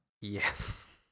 Yes